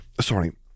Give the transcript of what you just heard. Sorry